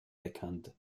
bekannt